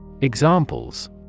Examples